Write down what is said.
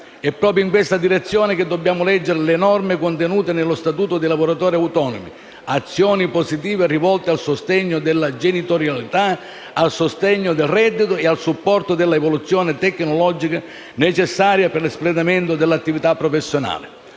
È proprio in questa direzione che dobbiamo leggere le norme contenute nel cosiddetto statuto dei lavoratori autonomi: azioni positive rivolte al sostegno della genitorialità, al sostegno del reddito e al supporto dell’evoluzione tecnologica necessaria per l’espletamento dell’attività professionale.